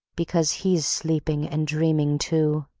because he's sleeping and dreaming too.